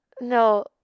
No